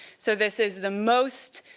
so this is the most